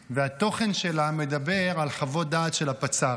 והתוכן שלה מדבר על חוות דעת של הפצ"רית.